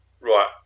right